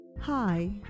Hi